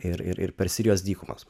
ir ir persijos dykumas